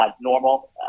normal